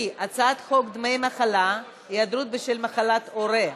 הצעת חוק דמי מחלה (היעדרות בשל מחלת הורה)